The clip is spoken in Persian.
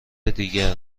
دیگر